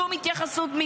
שום התייחסות,